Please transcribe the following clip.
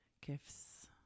gifts